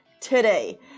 today